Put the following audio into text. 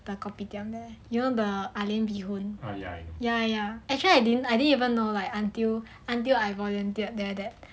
the kopitiam you know the ah lian bee hoon ya ya actually I didn't I didn't even know like until until I volunteered there that